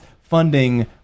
funding